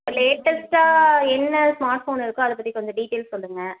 லேட்டஸ்ட்டாக என்ன smart phone இருக்கோ அதை பற்றி கொஞ்சம் டீட்டெயில்ஸ் சொல்லுங்கள்